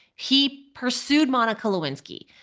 he pursued monica lewinsky.